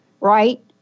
right